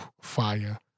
fire